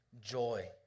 joy